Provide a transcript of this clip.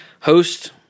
host